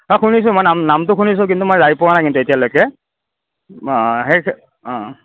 অ শুনিছোঁ মই নাম নামটো শুনিছোঁ কিন্তু মই যাই পোৱা নাই কিন্তু এতিয়ালৈকে অ অ